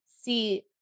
see